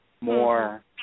more